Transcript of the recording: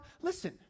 Listen